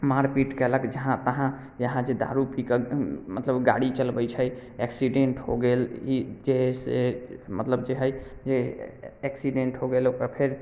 मारपीट कयलक जहाँ तहाँ इहाँ जे दारू पी कऽ मतलब गाड़ी चलबै छै एक्सीडेन्ट हो गेल ई जे हय से मतलब जे हय जे एक्सीडेन्ट हो गेल ओकरा फेर